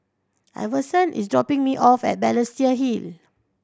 Iverson is dropping me off at Balestier Hill